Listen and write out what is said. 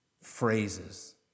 phrases